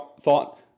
thought